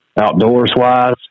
Outdoors-wise